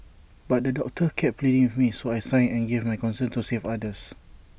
but the doctor kept pleading with me so I signed and gave my consent to save others